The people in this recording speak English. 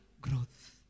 Growth